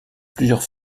plusieurs